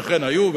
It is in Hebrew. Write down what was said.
שאכן היו,